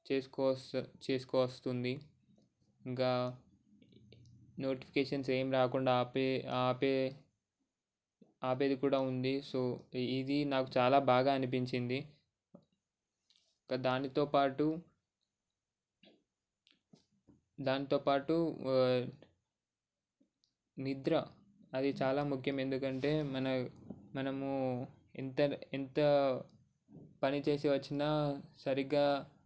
చేసుకొని వస్తా చేసుకో వస్తుంది ఇంకా నోటిఫికేసన్స్ ఏం రాకుండా ఆపే ఆపే ఆపేది కూడా ఉంది సో ఇది నాకు చాలా బాగా అనిపించింది ఇంకా దానితోపాటు దాంతోపాటు నిద్ర అది చాలా ముఖ్యం ఎందుకంటే మన మనము ఇంటర్ ఎంత పని చేసి వచ్చిన సరిగ్గా